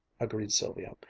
agreed sylvia,